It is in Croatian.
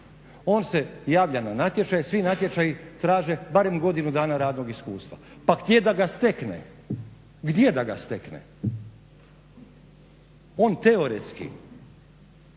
On se javlja natječaj, svi natječaji traže barem godinu dana radnog iskustva. Pa gdje da ga stekne? Gdje da ga stekne? On teoretski